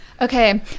Okay